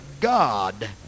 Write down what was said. God